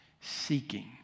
Seeking